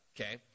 okay